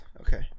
Okay